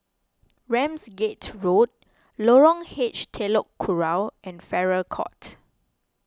Ramsgate Road Lorong H Telok Kurau and Farrer Court